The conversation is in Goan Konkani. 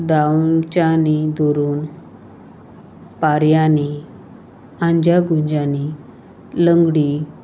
धांवच्यांनी धरून पऱ्यांनी आंज्या गुंज्यांनी लंगडी